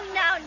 no